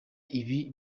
ibi